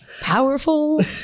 Powerful